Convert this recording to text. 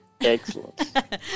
Excellent